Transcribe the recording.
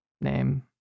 name